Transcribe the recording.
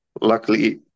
luckily